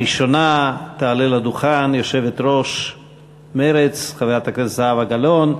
ראשונה תעלה לדוכן יושבת-ראש מרצ חברת הכנסת זהבה גלאון.